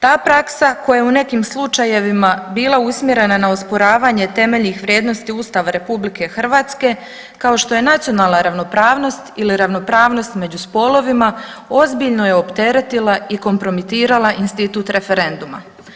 Ta praksa koja je u nekim slučajevima bila usmjerena na osporavanje temeljnih vrijednosti Ustava RH kao što je nacionalna ravnopravnost ili ravnopravnost među spolovima, ozbiljno je opteretila i kompromitirala institut referenduma.